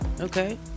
Okay